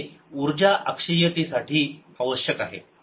जे ऊर्जा अक्षय्यते साठी आवश्यक आहे